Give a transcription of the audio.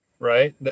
Right